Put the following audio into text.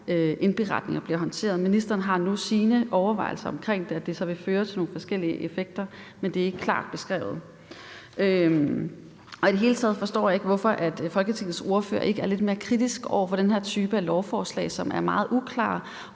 indberetninger bliver håndteret. Ministeren har nu sine overvejelser om det, og at det så vil føre til nogle forskellige effekter, men det er ikke klart beskrevet. I det hele taget forstår jeg ikke, hvorfor Folketingets ordførere ikke er lidt mere kritiske over for den her type af lovforslag, som er meget uklare,